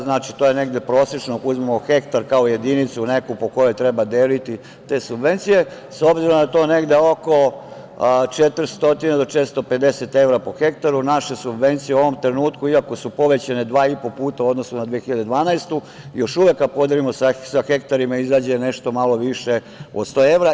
Znači, to je negde prosečno ako uzmemo hektar kao jedinicu neku po kojoj treba deliti te subvencije, s obzirom da je to negde oko 400 do 450 evra po hektaru, naše subvencije u ovom trenutku, iako su povećane dva i po puta u odnosu na 2012. godinu, još uvek ako podelimo sa hektarima izađe nešto malo više od 100 evra.